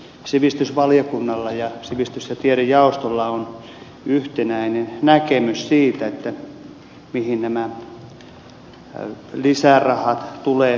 sivistysvaliokunnalla ja sivistys ja tiedejaostolla on yhtenäinen näkemys siitä mihin nämä lisärahat tulee kohdentaa